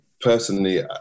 personally